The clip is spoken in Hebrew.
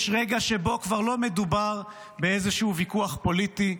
יש רגע שבו כבר לא מדובר באיזשהו ויכוח פוליטי,